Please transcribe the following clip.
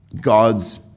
God's